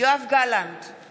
יואב גלנט, אינו נוכח